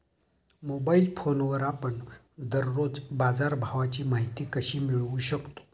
Mobile फोनवर आपण दररोज बाजारभावाची माहिती कशी मिळवू शकतो?